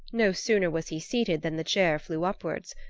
no sooner was he seated than the chair flew upwards.